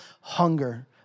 hunger